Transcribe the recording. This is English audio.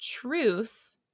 truth